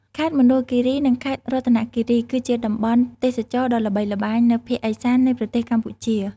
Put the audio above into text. ខេត្តមណ្ឌលគិរី និងខេត្តរតនគិរី គឺជាតំបន់ទេសចរណ៍ដ៏ល្បីល្បាញនៅភាគឦសាននៃប្រទេសកម្ពុជា។